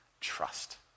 trust